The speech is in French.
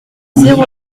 zéro